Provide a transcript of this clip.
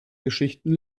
geschichten